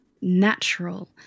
natural